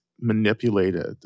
manipulated